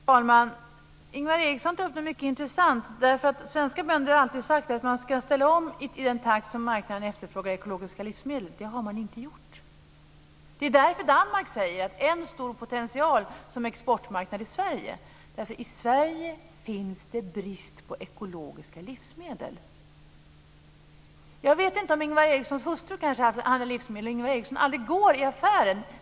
Fru talman! Ingvar Eriksson tog upp någonting mycket intressant. Svenska bönder har alltid sagt att man ska ställa om i den takt som marknaden efterfrågar ekologiska livsmedel. Men det har man inte gjort. Det är därför som man i Danmark säger att Sverige är en stor potential som exportmarknad. I Sverige är det nämligen brist på ekologiska livsmedel. Jag vet inte om Ingvar Erikssons hustru kanske handlar livsmedel, och Ingvar Eriksson aldrig går i affärer.